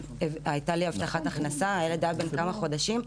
הייתה לי הבטחת הכנסה והילד היה בן כמה חודשים.